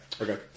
Okay